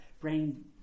brain